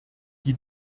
die